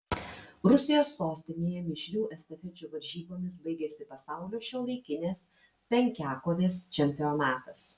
rusijos sostinėje mišrių estafečių varžybomis baigėsi pasaulio šiuolaikinės penkiakovės čempionatas